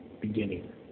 beginning